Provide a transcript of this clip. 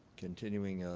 continuing,